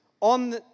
on